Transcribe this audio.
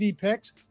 picks